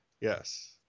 Yes